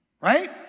Right